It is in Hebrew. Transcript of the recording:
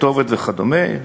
כתובת וכדומה,